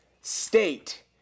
state